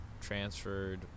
transferred